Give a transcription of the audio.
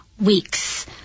weeks